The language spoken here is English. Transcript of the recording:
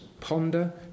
ponder